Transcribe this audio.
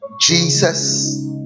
Jesus